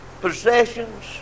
possessions